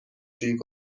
شویی